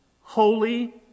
holy